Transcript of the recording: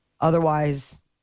otherwise